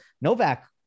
Novak